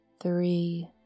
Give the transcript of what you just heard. three